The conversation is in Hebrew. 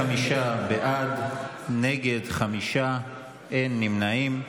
חמישה, אין נמנעים.